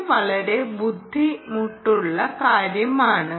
ഇത് വളരെ ബുദ്ധിമുട്ടുള്ള കാര്യമാണ്